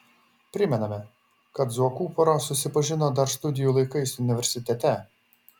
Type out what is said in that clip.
primename kad zuokų pora susipažino dar studijų laikais universitete